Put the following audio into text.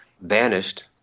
vanished